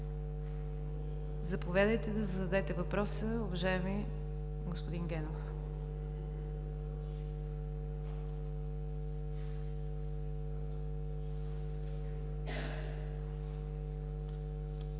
Заповядайте да зададете въпроса, уважаеми господин Генов.